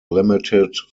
limited